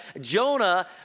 Jonah